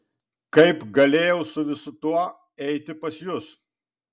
kaip galėjau su visu tuo eiti pas jus